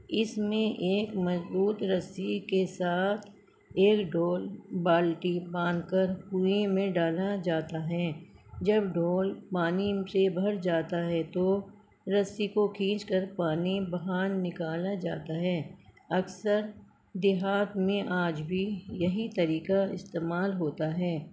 اس میں ایک مضبوط رسی کے ساتھ ایک ڈول بالٹی باندھ کر کنوئیں میں ڈالا جاتا ہیں جب ڈول پانی سے بھر جاتا ہے تو رسی کو کھینچ کر پانی باہر نکالا جاتا ہے اکثر دیہات میں آج بھی یہی طریقہ استعمال ہوتا ہے